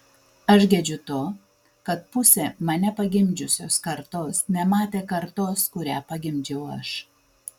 aš gedžiu to kad pusė mane pagimdžiusios kartos nematė kartos kurią pagimdžiau aš